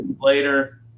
later